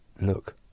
look